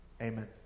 Amen